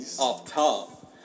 off-top